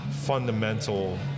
fundamental